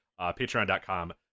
patreon.com